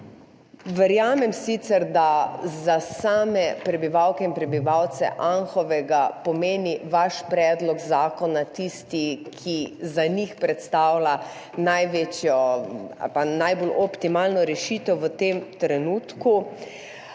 Verjamem sicer, da za same prebivalke in prebivalce Anhovega pomeni vaš predlog zakona tistega, ki za njih predstavlja največjo ali najbolj optimalno rešitev v tem trenutku,